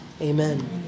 amen